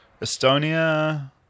Estonia